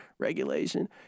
regulation